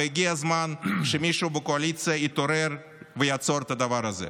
והגיע הזמן שמישהו בקואליציה יתעורר ויעצור את הדבר הזה.